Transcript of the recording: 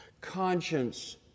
Conscience